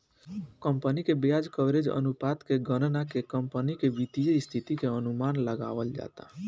company के ब्याज coverage अनुपात के गणना के कंपनी के वित्तीय स्थिति के अनुमान लगावल जाता